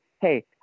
Hey